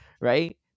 right